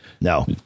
no